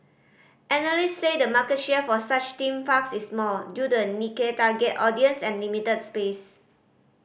analysts say the market share for such theme parks is small due to a niche target audience and limited space